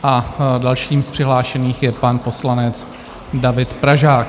A dalším z přihlášených je pan poslanec David Pažák.